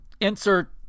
Insert